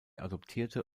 adoptierte